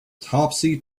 topsy